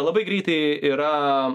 labai greitai yra